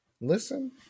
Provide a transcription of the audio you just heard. Listen